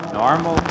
normal